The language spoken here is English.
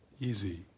easy